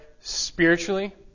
spiritually